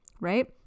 right